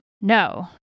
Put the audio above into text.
No